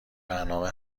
برنامه